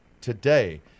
today